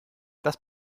das